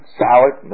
salad